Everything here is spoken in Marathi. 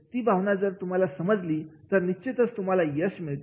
ती भावना जर तुम्हाला समजली तर निश्चितच तुम्हाला यश मिळेल